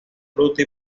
bruto